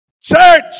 Church